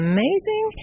Amazing